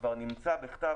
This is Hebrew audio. זה כבר נמצא בכתב,